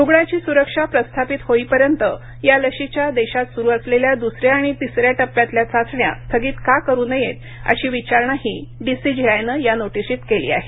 रुग्णाची स्रक्षा प्रस्थापित होईपर्यंत या लशीच्या देशात स्रु असलेल्या द्सऱ्या आणि तिसऱ्या टप्प्यातील चाचण्या स्थगित का करू नयेत अशी विचारणाही डी सी जी आय नं या नोटिसीत केली आहे